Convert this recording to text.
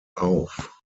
auf